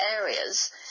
areas